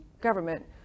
government